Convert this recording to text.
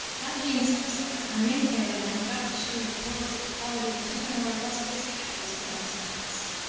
that being so, sir, i may say that i am about to show you clothes of a quality which even our illustrious capitals could not surpass.